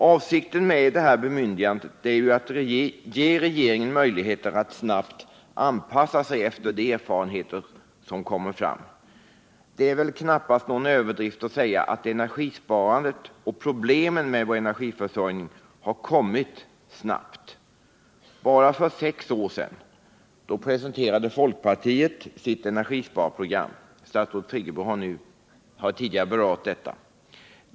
Avsikten med bemyndigandet är att ge regeringen möjligheter att snabbt anpassa sig efter de erfarenheter som kommer fram. Det är väl knappast någon överdrift att säga att energisparandet och problemen med vår energiförsörjning har kommit snabbt. Bara för sex år sedan presenterade folkpartiet sitt energisparprogram. Statsrådet Friggebo har tidigare berört detta.